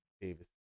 Davis